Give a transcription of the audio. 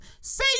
Say